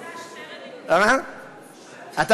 נמצא, נמצא, שטרן נמצא.